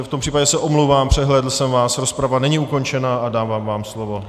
V tom případě se omlouvám, přehlédl jsem vás, rozprava není ukončena a dávám vám slovo.